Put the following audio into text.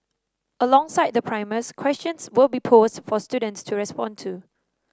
alongside the primers questions will be posed for students to respond to